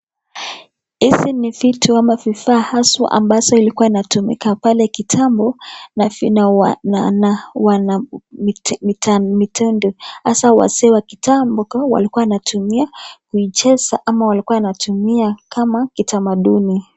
Hizi ni vitu ama vifaa haswa ambazo ilikua inatumika pale kitambo, na wana mitindo, hasaa wazee wa kitambo walikuwa wanatumia kuicheza, ama walikuwa wanaitumia kama kitamaduni.